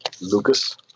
Lucas